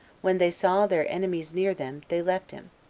when they saw their enemies near them, they left him,